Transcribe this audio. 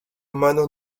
humano